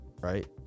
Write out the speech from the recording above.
Right